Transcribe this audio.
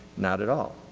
not at all.